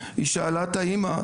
היא שאלה את האמא,